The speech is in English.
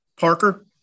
Parker